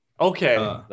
okay